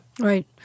Right